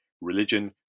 Religion